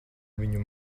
viņu